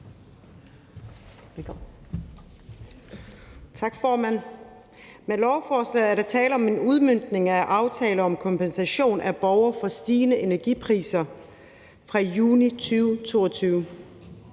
Med lovforslaget er der tale om en udmøntning af aftalen om kompensation af borgere for stigende energipriser fra juni 2022.